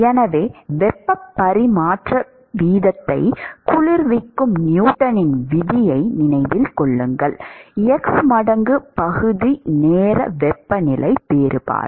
எனவே வெப்ப பரிமாற்ற வீதத்தை குளிர்விக்கும் நியூட்டனின் விதியை நினைவில் கொள்ளுங்கள் h மடங்கு பகுதி நேர வெப்பநிலை வேறுபாடு